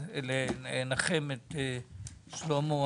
לנחם את שלמה,